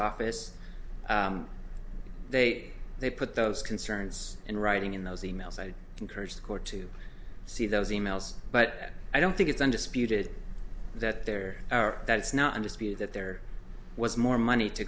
office they they put those concerns in writing in those e mails i encourage court to see those e mails but i don't think it's undisputed that there are that's not in dispute that there was more money to